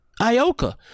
Ioka